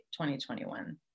2021